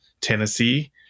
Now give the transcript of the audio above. tennessee